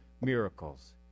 miracles